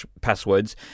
passwords